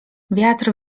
wiatr